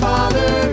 Father